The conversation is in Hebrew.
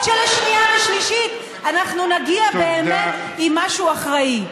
שלשנייה ושלישית נגיע באמת עם משהו אחראי.